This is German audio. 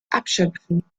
abschöpfen